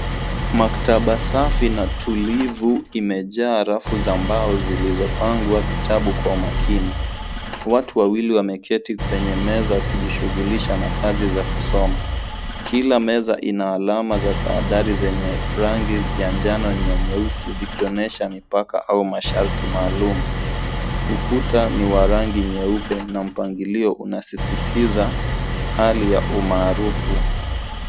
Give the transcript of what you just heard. Maktaba safi na tulivu imejaa rafu za mbao zilizopangwa vitabu kwa makini. Watu wawili wameketi kwenye meza wakijishughulisha na kazi za kusoma. Kila meza ina alama za tahadhari zenye rangi ya njano na nyeusi zikionyesha mipaka au masharti maalum. Ukuta ni wa rangi nyeupe na mpangilio unasisitiza hali ya umaarufu.